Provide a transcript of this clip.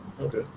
Okay